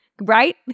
right